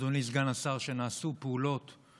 אדוני סגן השר, שנעשו בתקופתך